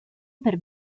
per